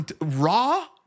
Raw